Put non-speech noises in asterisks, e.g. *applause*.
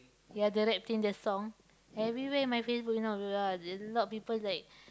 ya the rap team their song everywhere in my Facebook you know *noise* a lot people like